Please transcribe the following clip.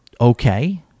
okay